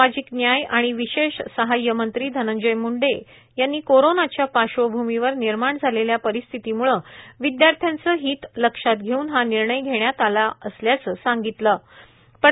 सामाजिक न्याय व विशेष सहाय्य मंत्री धनंजय मूंडे यांनी कोरोनाच्या पार्श्वभूमीवर निर्माण झालेल्या परिस्थितीमुळे विदयार्थ्यांचे हित लक्षात घेऊन हा निर्णय घेण्यात आला असल्याचे सांगितले आहे